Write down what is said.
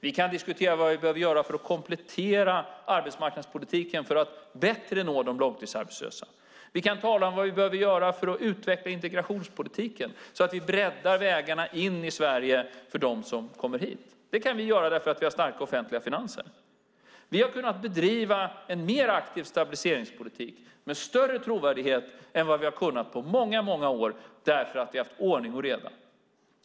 Vi kan diskutera vad vi behöver göra för att komplettera arbetsmarknadspolitiken för att bättre nå de långtidsarbetslösa. Vi kan tala om vad vi behöver göra för att utveckla integrationspolitiken så att vi breddar vägarna in i Sverige för dem som kommer hit. Det kan vi göra därför att vi har starka offentliga finanser. Vi har kunnat bedriva en mer aktiv stabiliseringspolitik med större trovärdighet än vi har kunnat på många, många år därför att vi har haft ordning och reda.